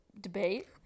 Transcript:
debate